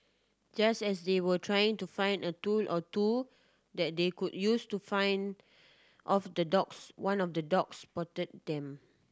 just as they were trying to find a tool or two that they could use to find off the dogs one of the dogs spotted them